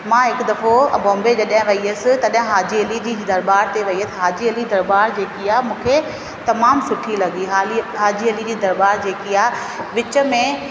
मां हिकु दफ़ो बॉम्बे जॾहिं वई हुयसि तॾहिं हाजी अली जी दरबार ते वई हुअसि हाजी अली दरबार जेकी आहे मूंखे तमामु सुठी लॻी हाली हाजी अली दरबार जेकी आहे विच में